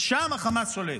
ושם החמאס שולט,